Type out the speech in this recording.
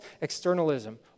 externalism